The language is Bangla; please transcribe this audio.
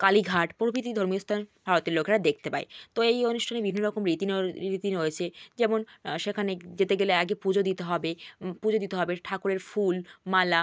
কালীঘাট প্রভৃতি ধর্মীয় স্তান ভারতের লোকেরা দেখতে পায় তো এই অনুষ্ঠানে বিভিন্ন রকম রীতি রীতি রয়েছে যেমন সেখানে যেতে গেলে আগে পুজো দিতে হবে পুজো দিতে হবে ঠাকুরের ফুল মালা